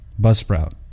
Buzzsprout